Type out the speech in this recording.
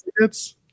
tickets